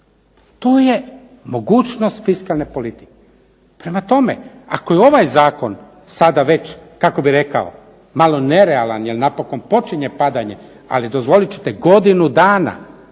To je mogućnost fiskalne politike. Prema tome, ako je ovaj zakon sada već kako bih rekao malo nerealan, jer napokon počinje padanje, ali dozvolit ćete godinu dana,